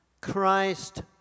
Christ